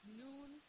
noon